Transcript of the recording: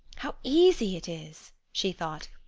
how easy it is! she thought.